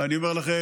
ואני אומר לכם,